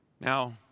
Now